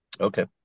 Okay